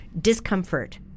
discomfort